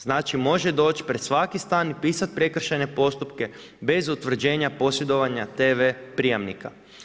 Znači može doći pred svaki stan i pisati prekršajne postupke bez utvrđenja posjedovanja tv prijamnika.